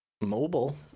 Mobile